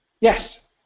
yes